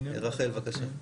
רחל, בקשה.